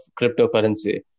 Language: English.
cryptocurrency